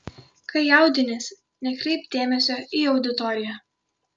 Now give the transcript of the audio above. kai jaudiniesi nekreipk dėmesio į auditoriją